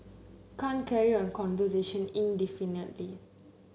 can't carry on conversation indefinitely